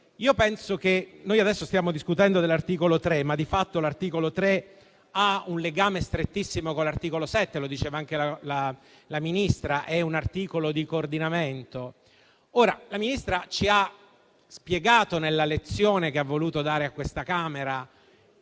ne approfitterei. Adesso stiamo discutendo dell'articolo 3, ma di fatto esso ha un legame strettissimo con l'articolo 7. Lo diceva anche la Ministra: è un articolo di coordinamento. La Ministra ci ha spiegato, nella lezione che ha voluto dare a questa Camera,